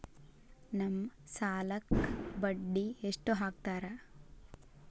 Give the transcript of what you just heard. ನಮ್ ಸಾಲಕ್ ಬಡ್ಡಿ ಎಷ್ಟು ಹಾಕ್ತಾರ?